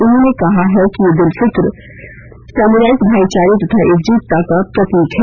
उन्होंने कहा है कि ईद उल फितर सामुदायिक भाईचारे तथा एकजुटता का प्रतीक है